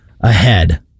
ahead